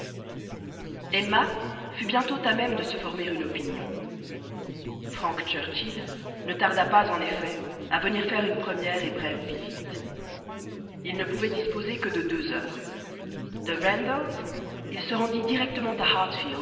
emma fut bientôt à même de se former une opinion frank churchill ne tarda pas en effet à venir faire une première et brève visite il ne pouvait disposer que de deux heures de randalls il se rendit directement à